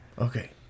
Okay